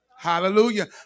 Hallelujah